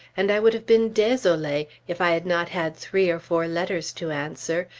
and i would have been desolee if i had not had three or four letters to answer,